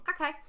okay